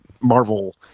Marvel